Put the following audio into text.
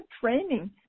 training